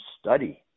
study